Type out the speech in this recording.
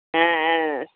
ஆ ஆ